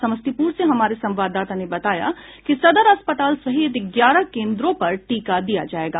समस्तीपुर से हमारे संवाददाता ने बताया कि सदर अस्पताल सहित ग्यारह केन्द्रों पर टीका दिया जायेगा